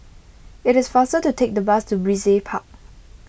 it is faster to take the bus to Brizay Park